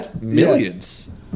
millions